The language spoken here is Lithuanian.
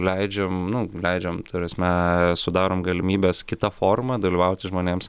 leidžiam nu leidžiam ta prasme sudarom galimybes kita forma dalyvauti žmonėms